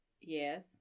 Yes